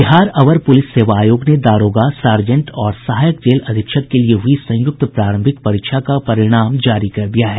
बिहार अवर पूलिस सेवा आयोग ने दारोगा सार्जेंट और सहायक जेल अधीक्षक के लिए हुई संयुक्त प्रारंभिक परीक्षा का परिणाम जारी कर दिया है